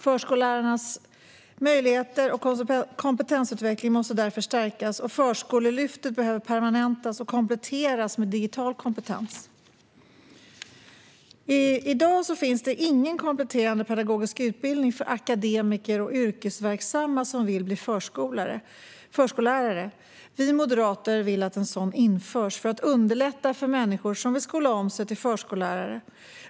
Förskollärarnas möjligheter och kompetensutveckling måste därför stärkas, och Förskolelyftet behöver permanentas och kompletteras med digital kompetens. I dag finns ingen kompletterande pedagogisk utbildning för akademiker och yrkesverksamma som vill bli förskollärare. Vi moderater vill att en sådan ska införas, för att underlätta för människor som vill skola om sig till förskollärare.